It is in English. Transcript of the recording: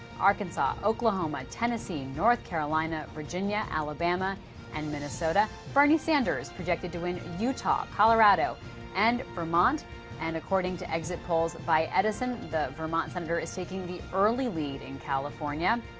arkansas, oklahoma, tennessee, north carolina, virginia, alabama and minnesota. bernie sanders projected to win utah, colorado and vermont and according to exit polls, by edison, the vermont senator is taking the early lead in california.